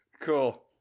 Cool